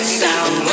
sound